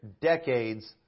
decades